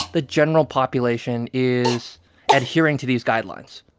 the general population is adhering to these guidelines.